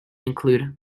include